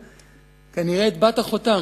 כנראה, הטבעת חותם.